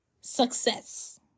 success